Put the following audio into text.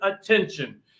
attention